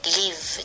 live